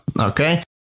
okay